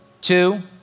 two